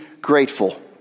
grateful